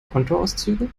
kontoauszüge